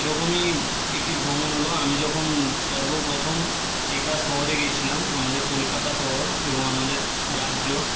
এরকমই একটি ভ্রমণ হল আমি যখন সর্বপ্রথম একা শহরে গিয়েছিলাম আমাদের কলকাতা শহর এবং আমাদের রাজ্য